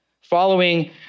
following